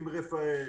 עם רפא"ל,